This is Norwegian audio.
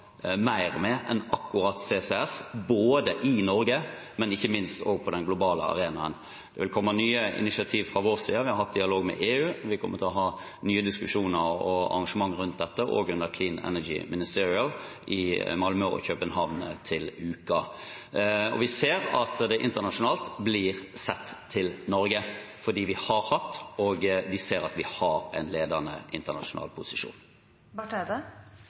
mer med enn akkurat CCS, både i Norge og ikke minst på den globale arenaen. Det vil komme nye initiativ fra vår side. Vi har hatt dialog med EU, vi kommer til å ha nye diskusjoner og arrangement rundt dette også under Clean Energy Ministerial i Malmø og København til uken. Vi ser at det internasjonalt blir sett til Norge fordi man ser at vi har hatt og har en ledende internasjonal